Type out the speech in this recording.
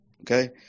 Okay